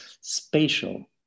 spatial